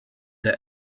der